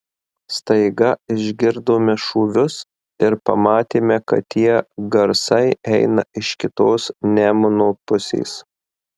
staiga išgirdome šūvius ir pamatėme kad tie garsai eina iš kitos nemuno pusės